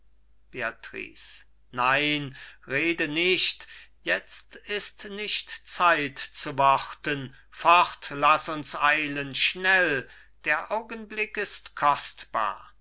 nein rede nicht jetzt ist nicht zeit zu worten fort laß uns eilen schnell der augenblick ist kostbar don